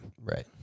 Right